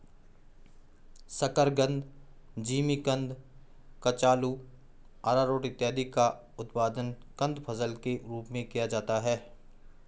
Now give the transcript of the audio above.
शकरकंद, जिमीकंद, कचालू, आरारोट इत्यादि का उत्पादन कंद फसल के रूप में किया जाता है